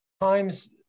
times